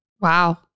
Wow